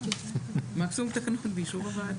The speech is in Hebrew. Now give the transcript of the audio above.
מקסימום תקנות באישור הוועדה.